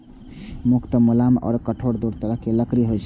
मुख्यतः मुलायम आ कठोर दू तरहक लकड़ी होइ छै